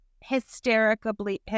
hysterically